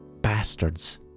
bastards